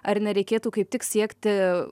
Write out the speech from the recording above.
ar nereikėtų kaip tik siekti